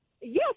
Yes